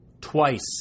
Twice